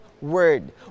word